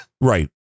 Right